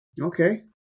Okay